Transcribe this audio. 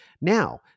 now